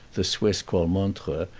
the swiss call montreux,